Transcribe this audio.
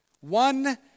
One